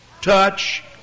touch